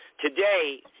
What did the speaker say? today